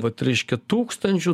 vat reiškia tūkstančių